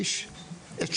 תהיה